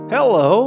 Hello